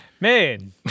Man